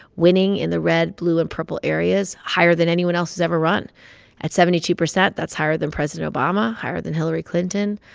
winning in the red, blue and purple areas higher than anyone else has ever run at seventy two percent. that's higher than president obama, higher than hillary clinton,